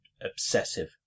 obsessive